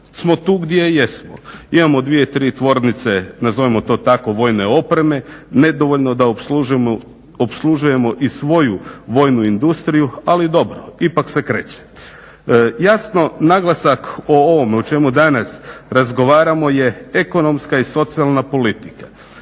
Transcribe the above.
smo tu gdje jesmo. Imamo dvije, tri tvornice, nazovimo to tako vojne opreme, nedovoljno da opslužujemo i svoju vojnu industriju, ali dobro, ipak se kreće. Jasno naglasak o ovome o čemu danas razgovaramo je ekonomska i socijalna politika